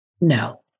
No